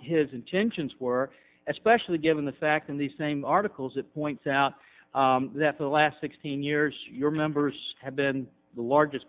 his intentions were especially given the fact in the same articles it points out that the last sixteen years your members have been the largest